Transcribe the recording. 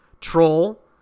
troll